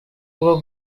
bwo